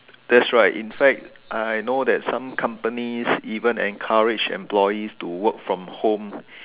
that's right in fact I know that some companies even encourage employees to work from home